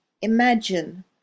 Imagine